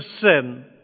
sin